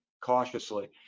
cautiously